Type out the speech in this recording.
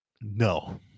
No